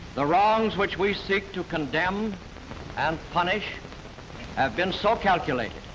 the wrongs which we seek to condemn and punish have been so calculated,